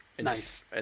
Nice